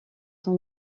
son